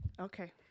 Okay